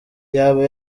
yaba